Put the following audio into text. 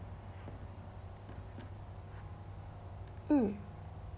mm